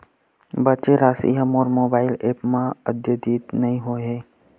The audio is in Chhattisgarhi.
बचे राशि हा मोर मोबाइल ऐप मा आद्यतित नै होए हे